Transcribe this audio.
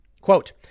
Quote